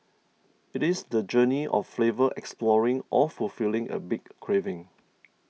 it is the journey of flavor exploring or fulfilling a big craving